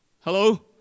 Hello